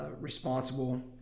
responsible